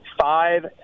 five